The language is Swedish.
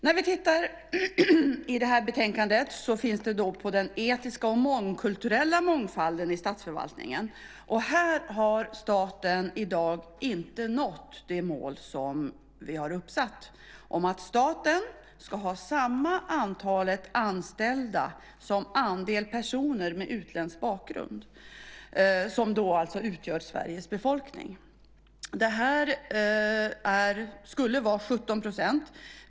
När vi i det här betänkandet tittar på den etiska och kulturella mångfalden i statsförvaltningen ser vi att staten i dag inte har nått det mål som vi har satt upp, att staten ska ha samma antal anställda som andelen personer med utländsk bakgrund utgör av Sveriges befolkning. Det skulle vara 17 %.